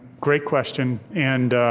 great question. and